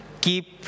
keep